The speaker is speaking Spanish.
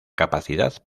capacidad